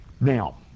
Now